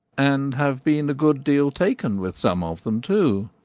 and have been a good deal taken with some of them, too.